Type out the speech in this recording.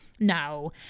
No